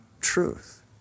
truth